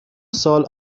سال